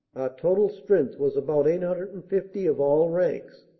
total strength was about eight hundred and fifty of all ranks,